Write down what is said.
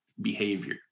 behavior